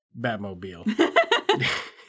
Batmobile